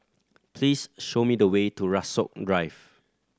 please show me the way to Rasok Drive